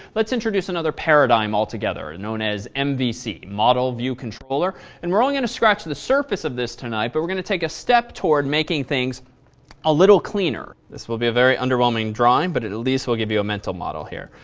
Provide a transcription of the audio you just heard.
let's introduce another paradigm altogether known as mvc, model view controller and we're only going and to scratch to the surface of this tonight but we're going to take a step toward making things a little cleaner. this will be a very underwhelming drawing but it at least will give you a mental model here.